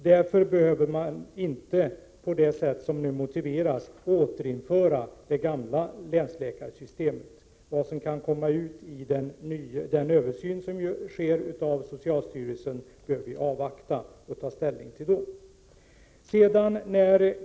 Därför behöver inte det gamla länsläkarsystemet återinföras. Vi bör avvakta vad som kan komma ut av översynen av socialstyrelsen och då ta ställning.